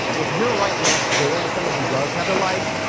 if you are right next door to someone who does have the light,